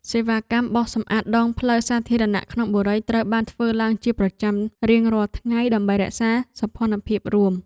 សេវាកម្មបោសសម្អាតដងផ្លូវសាធារណៈក្នុងបុរីត្រូវបានធ្វើឡើងជាប្រចាំរៀងរាល់ថ្ងៃដើម្បីរក្សាសោភ័ណភាពរួម។